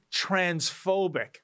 transphobic